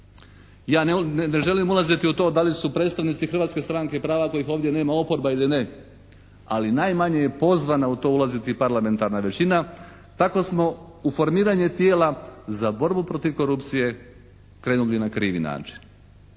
Ja ne želim ulaziti u to da li su predstavnici Hrvatske stranke prava kojih ovdje nema oporba ili ne ali najmanje je pozvana u to ulaziti parlamentarna većina. Tako smo u formiranje tijela za borbu protiv korupcije krenuli na krivi način.